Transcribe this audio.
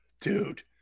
Dude